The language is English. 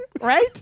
Right